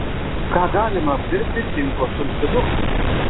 ką galima apdirbti cinko sulfidu